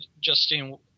Justine